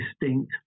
distinct